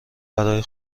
برا